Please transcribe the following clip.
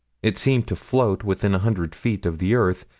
it seemed to float within a hundred feet of the earth,